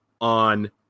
on